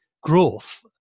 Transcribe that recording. growth